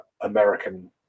american